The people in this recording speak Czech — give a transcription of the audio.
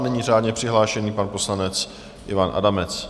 A nyní řádně přihlášený pan poslanec Ivan Adamec.